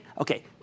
Okay